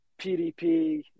PDP